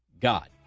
God